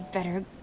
Better